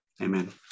Amen